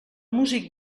músic